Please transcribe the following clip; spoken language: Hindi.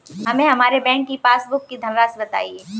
हमें हमारे बैंक की पासबुक की धन राशि बताइए